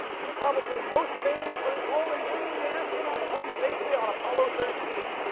he's probably most famous for his role in bringing the astronauts home safely on apollo thirteen,